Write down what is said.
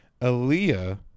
Aaliyah